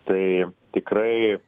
tai tikrai